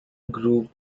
group